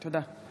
תודה.